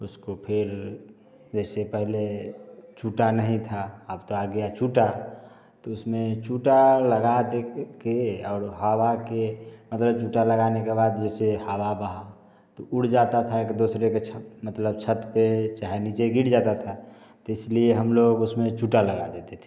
उसको फिर जैसे पहले चूटा नहीं था अब तो आ गया चूटा तो इसमें चूटा लगा दे के और हवा के मतलब चूटा लगाने के बाद जैसे हवा बहा तो उड़ जाता था एक दूसरे के छत मतलब छत पे चाहे नीचे गिर जाता था तो इसलिए हम लोग उसमें चूटा लगा देते थे